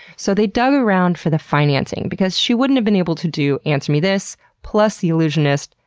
so they dug around for the financing, because she wouldn't have been able to do answer me this, plus the allusionist,